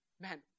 man